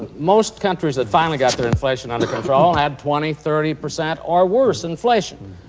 most countries that finally got their inflation under control had twenty, thirty percent or worse inflation.